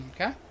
Okay